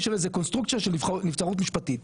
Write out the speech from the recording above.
של איזה קונסטרוקציה של נבצרות משפטית,